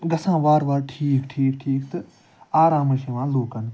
گژھان وارٕ وار ٹھیٖک ٹھیٖک ٹھیٖک تہٕ آرامٕے چھُ یِوان لوٗکَن